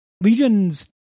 Legion's